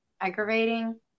aggravating